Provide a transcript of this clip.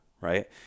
right